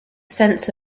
sense